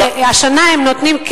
השנה הם נותנים,